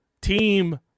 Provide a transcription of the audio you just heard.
team